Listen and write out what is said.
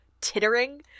tittering